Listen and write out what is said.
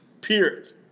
period